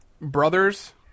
Brothers